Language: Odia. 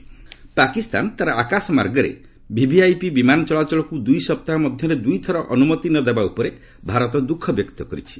ଇଣ୍ଡିଆ ପାକ୍ ପାକିସ୍ତାନ ତା'ର ଆକାଶ ମାର୍ଗରେ ଭିଭିଆଇପି ବିମାନ ଚଳାଚଳକ୍ ଦୂଇ ସପ୍ତାହ ମଧ୍ୟରେ ଦୂଇ ଥର ଅନ୍ରମତି ନ ଦେବା ଉପରେ ଭାରତ ଦୃଃଖ ବ୍ୟକ୍ତ କରିଛି